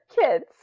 kids